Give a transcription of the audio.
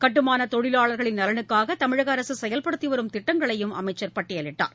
கட்டுமானத் தொழிலாளர்களின் நலலுக்கூகதமிழகஅரசுசெயல்படுத்திவரும் திட்டங்களையும் அனமச்சர் பட்டியலிட்டார்